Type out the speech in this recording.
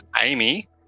Amy